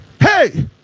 hey